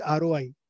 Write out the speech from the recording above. ROI